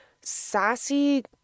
sassy